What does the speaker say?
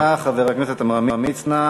תודה, חבר הכנסת עמרם מצנע.